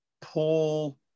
Paul